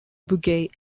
bugey